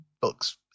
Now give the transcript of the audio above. books